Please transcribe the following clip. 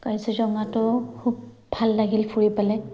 কাজিৰঙাটো খুব ভাল লাগিল ফুৰি পেলাই